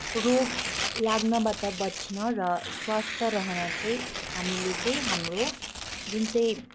रोग लाग्नबाट बच्न र स्वस्थ रहन चाहिँ हामीले चाहिँ हाम्रो जुन चाहिँ